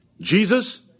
Jesus